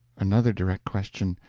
another direct question,